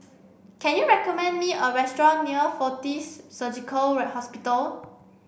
can you recommend me a restaurant near Fortis Surgical Hospital